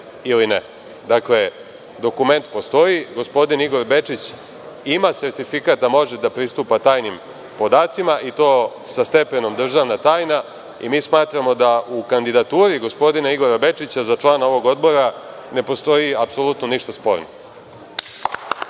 ili ne. Dakle, dokument postoji. Gospodin Igor Bečić ima sertifikat da može da pristupa tajnim podacima i to sa stepenom „državna tajna“ i mi smatramo da u kandidaturi gospodina Igora Bečića za člana ovog odbora ne postoji apsolutno ništa sporno.